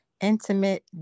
intimate